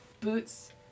Boots